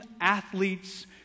athletes